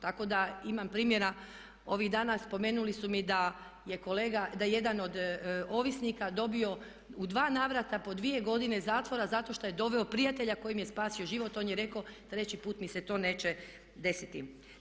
Tako da imam primjera, ovih dana spomenuli su mi da je kolega, da je jedan od ovisnika dobio u dva navrata po dvije godine zatvora zato šta je doveo prijatelja kojem je spasio život, on je rekao treći put mi se to neće desiti.